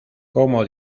como